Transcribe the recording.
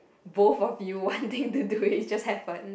both of you wanting to do it it just happens